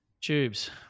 Tubes